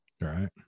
Right